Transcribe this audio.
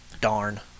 Darn